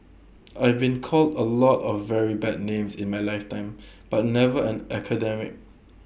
I've been called A lot of very bad names in my lifetime but never an academic